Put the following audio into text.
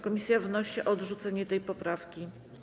Komisja wnosi o odrzucenie tej poprawki.